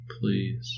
Please